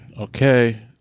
Okay